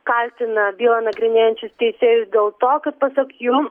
kaltina bylą nagrinėjančius teisėjus dėl to kad pasak jų